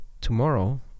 tomorrow